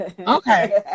okay